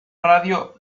radio